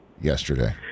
yesterday